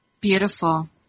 Beautiful